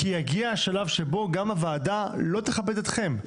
כי יגיע השלב שבו גם הוועדה לא תכבד אתכם.